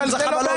זה לא הבעיה.